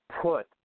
put